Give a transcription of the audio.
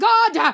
God